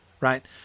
right